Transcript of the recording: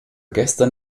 gestern